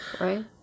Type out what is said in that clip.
Right